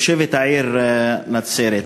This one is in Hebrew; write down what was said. תושבת העיר נצרת,